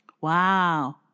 Wow